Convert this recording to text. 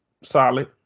solid